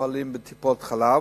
המטופלים בטיפות-חלב,